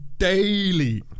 Daily